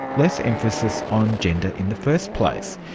less emphasis on gender in the first place.